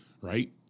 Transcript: right